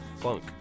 funk